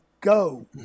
go